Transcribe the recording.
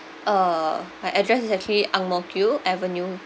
uh my address is actually ang mo kio avenue